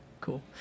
Cool